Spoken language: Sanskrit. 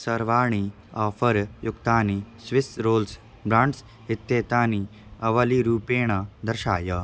सर्वाणि आफ़र् युक्तानि स्विस् रोल्स् ब्राण्ड्स् इत्येतानि आवलीरूपेण दर्शय